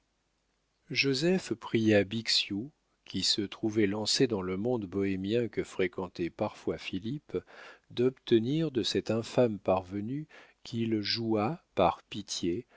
joseph pria bixiou qui se trouvait lancé dans le monde bohémien que fréquentait parfois philippe d'obtenir de cet infâme parvenu qu'il jouât par pitié